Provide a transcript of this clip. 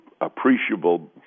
appreciable